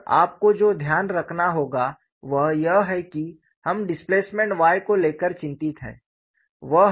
और आपको जो ध्यान रखना होगा वह यह है कि हम डिस्प्लेसमेंट y को लेकर चिंतित हैं